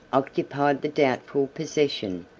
occupied the doubtful possession,